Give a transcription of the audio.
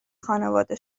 خانواده